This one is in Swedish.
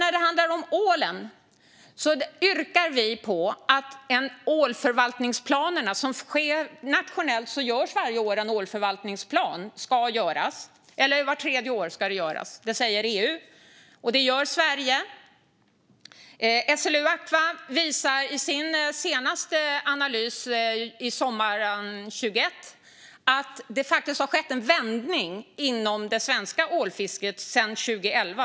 När det handlar om ålen säger EU att det ska göras ålförvaltningsplaner nationellt vart tredje år, och det gör Sverige. SLU Aqua visar i sin senaste analys från sommaren 2021 att det faktiskt har skett en vändning inom det svenska ålfisket sedan 2011.